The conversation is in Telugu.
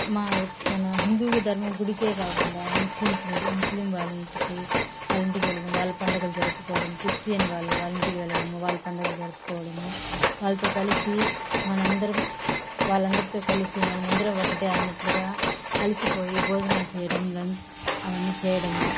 మా మన హిందువు ధర్మం గుడికే కాకుండా ముస్లిమ్స్ ముస్లిం వాళ్ళ ఇంటి వాళ్ళ ఇంటికి వెళ్లడం వాళ్ళు పండుగలు జరుపుకోవడం క్రిస్టియన్ వాళ్ళ వాళ్ళ ఇంటికి వెళ్లడం వాళ్ళ పండుగలు జరుపుకోవడము వాళ్లతో కలిసి మన అందరం వాళ్లందరితో కలిసి మన అందరం ఒకటే అన్నట్లుగా కలిసిపోయి భోజనాలు చేయడం అవన్నీ చేయడము